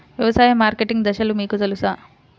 వ్యవసాయ మార్కెటింగ్ దశలు మీకు తెలుసా?